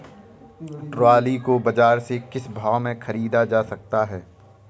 Trolley को बाजार से किस भाव में ख़रीदा जा सकता है?